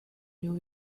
new